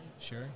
Sure